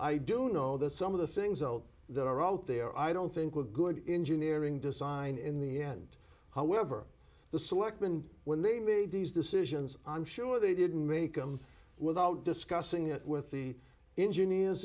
i do know that some of the things that are out there i don't think were good engineering design in the end however the selectmen when they made these decisions i'm sure they didn't make them without discussing it with the engineers